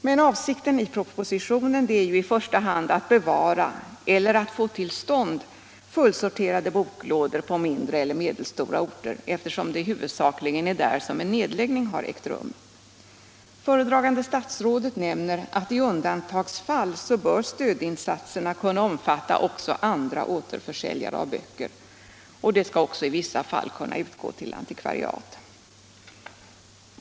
Men avsikten med propositionen är i första hand att bevara eller få till stånd fullsorterade boklådor på mindre och medelstora orter, eftersom det huvudsakligen är där som en nedläggning har ägt rum. Föredragande statsrådet nämner att stödinsatserna i undantagsfall bör kunna omfatta också andra återförsäljare av böcker. Stöd skall även kunna utgå till antikvariat i vissa fall.